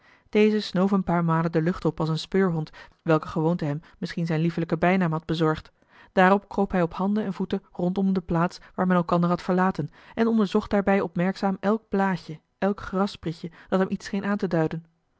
deze snoof een paar malen de lucht op als een speurhond welke gewoonte hem misschien zijn liefelijken bijnaam had bezorgd daarop kroop hij op handen en voeten rondom de plaats waar men elkander had verlaten en onderzocht daarbij opmerkzaam elk blaadje elk grassprietje dat hem iets scheen aan te duiden